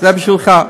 זה בשבילך.